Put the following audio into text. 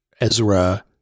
Ezra